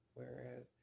whereas